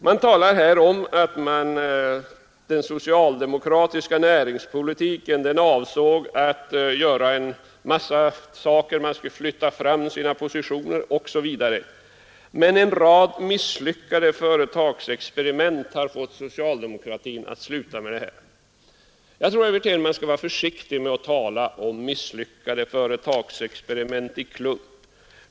I motionen sägs det att den socialdemokratiska näringspolitiken avsåg en massa saker — man skulle flytta fram sina positioner osv. — men en rad misslyckade företagsexperiment har fått socialdemokratin att sluta med det här. Jag tror, herr Wirtén, att man skall vara försiktig med att tala om misslyckade företagsexperiment i klump.